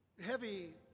heavy